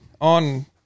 on